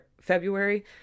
February